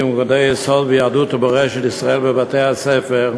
לימודי יסוד ביהדות ומורשת ישראל בבתי-הספר),